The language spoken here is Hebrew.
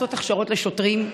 לעשות הכשרות לשוטרים,